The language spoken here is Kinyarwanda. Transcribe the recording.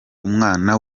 umwana